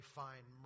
find